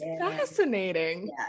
fascinating